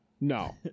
No